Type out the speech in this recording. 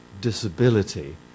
disability